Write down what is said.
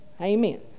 Amen